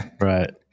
Right